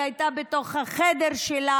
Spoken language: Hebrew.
היא הייתה בתוך החדר שלה,